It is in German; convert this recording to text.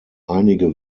einige